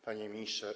Panie Ministrze!